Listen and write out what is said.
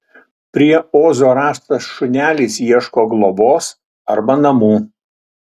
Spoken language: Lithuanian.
prie ozo rastas šunelis ieško globos arba namų